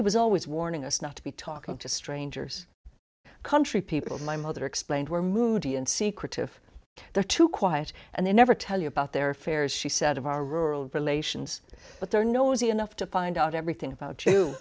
he was always warning us not to be talking to strangers country people my mother explained were moody and secretive they're too quiet and they never tell you about their affairs she said of our rural relations but there are no easy enough to find out everything about